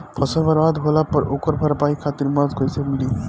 फसल बर्बाद होला पर ओकर भरपाई खातिर मदद कइसे मिली?